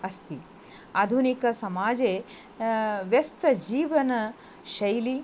अस्ति आधुनिकसमाजे व्यस्तजीवनशैली